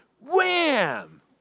Wham